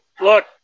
look